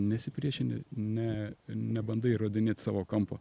nesipriešini ne nebandai įrodinėt savo kampo